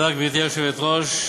גברתי היושבת-ראש,